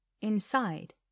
inside